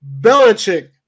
Belichick